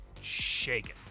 shaking